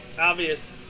obvious